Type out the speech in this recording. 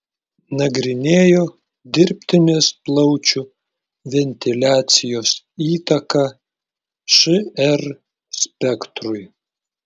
nagrinėjo dirbtinės plaučių ventiliacijos įtaką šr spektrui